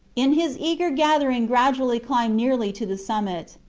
in his eager gathering gradually climbed nearly to the summit.